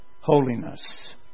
holiness